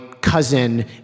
cousin